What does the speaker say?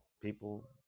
people